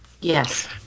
Yes